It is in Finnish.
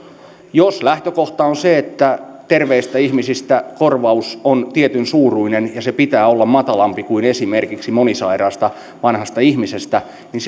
jos lähtökohta on se että terveistä ihmisistä korvaus on tietyn suuruinen ja sen pitää olla matalampi kuin esimerkiksi monisairaasta vanhasta ihmisestä niin